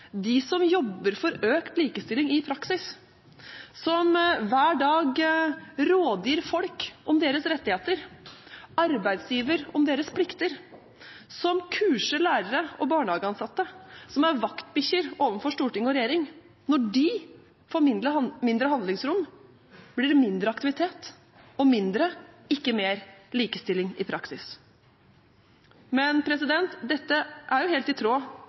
de som jobber for økt likestilling i praksis, som hver dag rådgir folk om deres rettigheter, arbeidsgiver om deres plikter, som kurser lærere og barnehageansatte, som er vaktbikkjer overfor storting og regjering, får mindre handlingsrom, blir det mindre aktivitet og mindre – ikke mer – likestilling i praksis. Men dette er helt i tråd